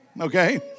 okay